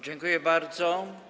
Dziękuję bardzo.